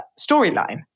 storyline